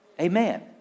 Amen